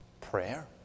prayer